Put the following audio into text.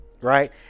right